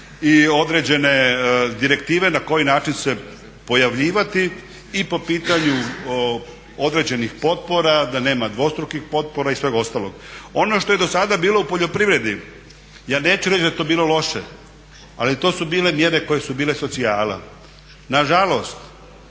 i određene direktive na koji način se pojavljivati i po pitanju određenih potpora da nema dvostrukih potpora i svega ostalog. Ono što je do sada bilo u poljoprivredi ja neću reći da je to bilo loše, ali to su bile mjere koje su bile socijala. Na žalost